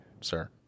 sir